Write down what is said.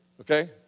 okay